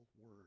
word